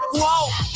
whoa